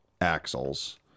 axles